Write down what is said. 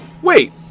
Wait